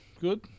Good